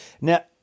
Now